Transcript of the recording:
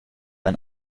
ein